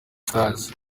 stars